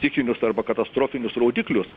stichinius arba katastrofinius rodiklius